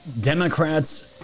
Democrats